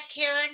Karen